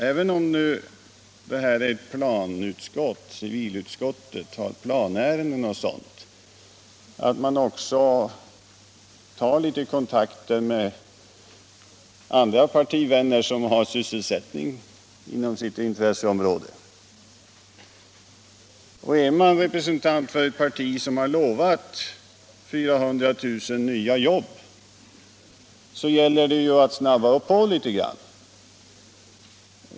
Även om civilutskottet främst handlägger planärenden skulle man väl kunna ta kontakt med andra partivänner som har sysselsättning inom sitt intresseområde. Är man representant för ett parti som har lovat 400 000 nya jobb gäller det att snabba på litet.